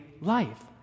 life